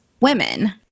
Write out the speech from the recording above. women